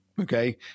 Okay